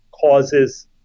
causes